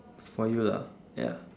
for you lah ya